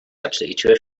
absolutely